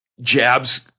jabs